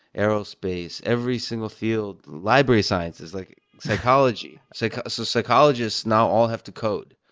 aerospace. every single field library sciences, like psychology. so so psychologists now all have to code.